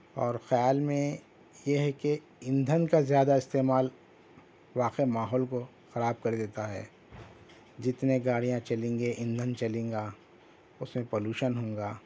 اور خیال میں یہ ہے کہ ایندھن کا زیادہ استعمال واقعی ماحول کو خراب کر دیتا ہے جتنے گاڑیاں چلیں گے ایندھن جلیں گا اس میں پولوشن ہوں گا